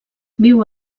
viu